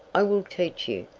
i will teach you!